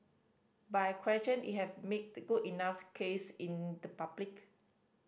but I question you have made a good enough case in the public